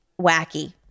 wacky